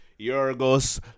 Yorgos